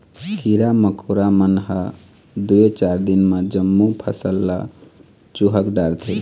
कीरा मकोरा मन ह दूए चार दिन म जम्मो फसल ल चुहक डारथे